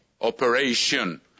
operation